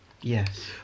Yes